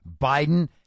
Biden